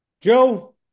Joe